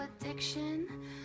addiction